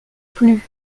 plus